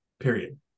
period